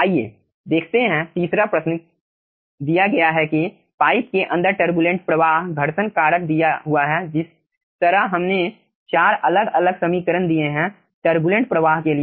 आइए देखते हैं तीसरा प्रश्न दिया गया है कि पाइप के अंदर टर्बुलेंट प्रवाह घर्षण कारक दिया हुआ है जिस तरह हमने 4 अलग अलग समीकरण दिए हैं टर्बुलेंट प्रवाह के लिए